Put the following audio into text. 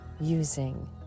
using